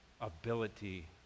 ability